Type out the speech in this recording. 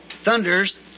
thunders